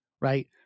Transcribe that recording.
right